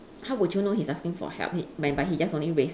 how would you know he's asking for help he but when he just only raise